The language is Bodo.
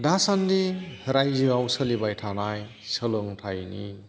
दासान्दि राज्योआव सोलिबाय थानाय सोलोंथायनि